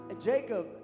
Jacob